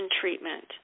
treatment